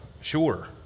sure